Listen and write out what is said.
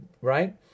right